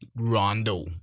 Rondo